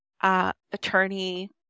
attorney